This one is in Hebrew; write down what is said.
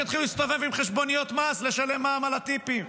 שיתחילו להסתובב עם חשבוניות מס לשלם מע"מ על הטיפים?